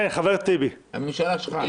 הממשלה שלך.